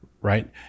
right